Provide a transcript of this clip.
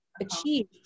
achieve